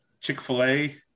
chick-fil-a